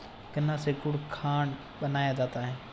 गन्ना से गुड़ खांड बनाया जाता है